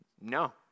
No